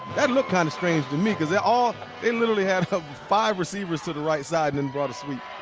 that looked kind of strange to me. they ah they literally had five receivers to the right side and brought a sweep.